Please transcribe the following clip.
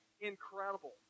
incredible